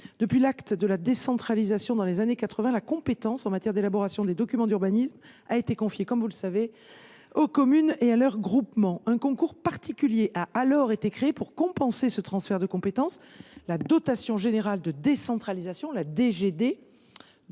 Depuis l’acte de la décentralisation des années 1980, la compétence en matière d’élaboration des documents d’urbanisme a été confiée aux communes et à leurs groupements. Un concours particulier a alors été créé pour compenser ce transfert de compétences, la dotation générale de décentralisation (DGD)